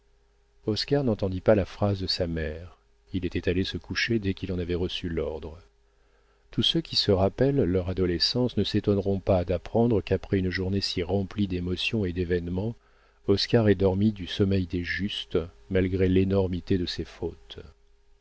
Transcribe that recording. oscar n'entendit pas la phrase de sa mère il était allé se coucher dès qu'il en avait reçu l'ordre tous ceux qui se rappellent leur adolescence ne s'étonneront pas d'apprendre qu'après une journée si remplie d'émotions et d'événements oscar ait dormi du sommeil des justes malgré l'énormité de ses fautes